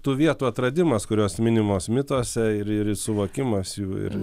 tų vietų atradimas kurios minimos mituose ir ir suvokimas ir